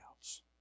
else